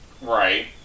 Right